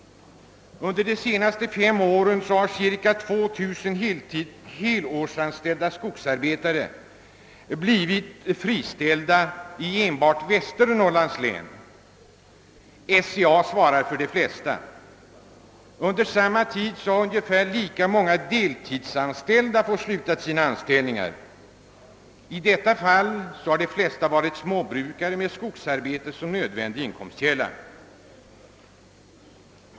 Under de senste fem åren har cirka 2000 helårsanställda skogsarbetare blivit friställda enbart i Västernorrlands län. SCA svarar för de flesta. Under samma tid har ungefär lika många deltidsanställda fått sluta sina anställningar. I detta fall har de flesta varit småbrukare med skogsarbete som nödvändig inkomstkälla.